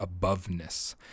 aboveness